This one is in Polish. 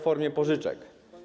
formie pożyczek.